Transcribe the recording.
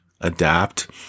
adapt